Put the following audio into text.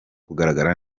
kugaragara